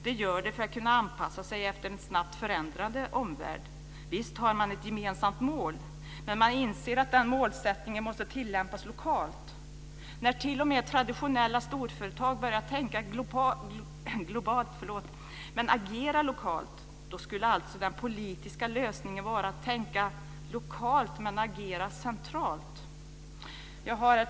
De gör det för att kunna anpassa sig till en omvärld i snabb förändring. Visst har man ett gemensamt mål, men man inser att den målsättningen måste tillämpas lokalt. När t.o.m. traditionella storföretag börjar tänka globalt men agera lokalt så skulle alltså den politiska lösningen vara att tänka lokalt, men agera centralt. Herr talman!